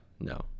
no